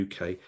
UK